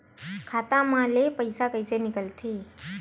खाता मा ले पईसा कइसे निकल थे?